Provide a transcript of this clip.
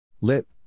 Lip